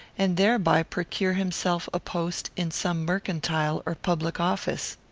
and thereby procure himself a post in some mercantile or public office.